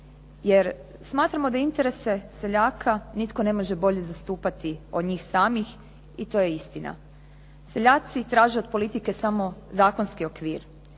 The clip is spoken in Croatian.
Jer smatramo da interese seljaka nitko ne može bolje zastupati od njih samih i to je istina. Seljaci traže od politike samo zakonski okvir,